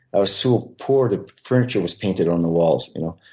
i was so poor the furniture was painted on the walls, you know?